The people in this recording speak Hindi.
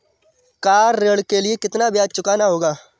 कार ऋण के लिए कितना ब्याज चुकाना होगा?